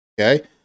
Okay